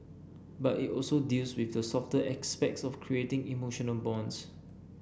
but it also deals with the softer aspects of creating emotional bonds